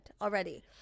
already